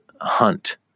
hunt